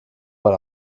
mal